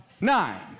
Nine